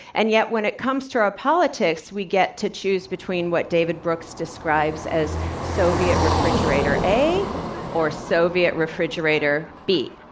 and yet when it comes to our politics, we get to choose between what david brooks describes as soviet refrigerator a or soviet refrigerator b.